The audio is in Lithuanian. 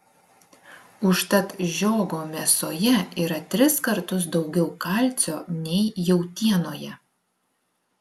užtat žiogo mėsoje yra tris kartus daugiau kalcio nei jautienoje